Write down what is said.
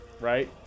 right